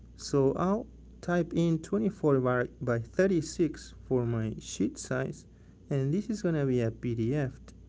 so i'll type in twenty four by by thirty six for my sheet size and this is going to be a pdf.